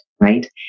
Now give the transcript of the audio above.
right